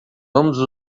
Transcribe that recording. vamos